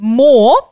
more